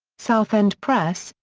south end press,